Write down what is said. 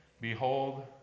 Behold